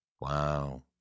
Wow